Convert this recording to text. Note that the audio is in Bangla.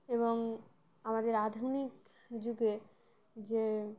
এবং আমাদের আধুনিক যুগে যে